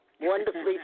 Wonderfully